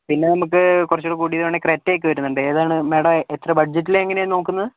പിന്നെ നമുക്ക് കുറച്ചും കൂടെ കൂടിയതുവേണേൽ ക്രെറ്റയൊക്കെ വരുന്നുണ്ട് ഏതാണ് മാഡം എത്ര ബഡ്ജറ്റിലെങ്ങനെയാണ് നോക്കുന്നത്